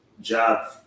job